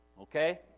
Okay